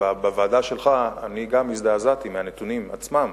בוועדה שלך, הזדעזעתי מהנתונים עצמם,